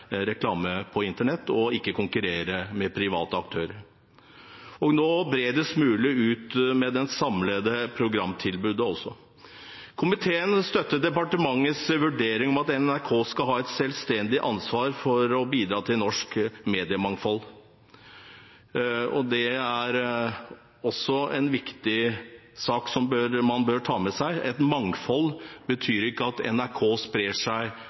reklame på internett og ikke konkurrere med private aktører, og at de skal nå bredest mulig ut med det samlede programtilbudet. Komiteen støtter departementets vurdering om at NRK skal ha et selvstendig ansvar for å bidra til norsk mediemangfold. Det er også en viktig sak som man bør ta med seg. Et mangfold betyr ikke at NRK sprer seg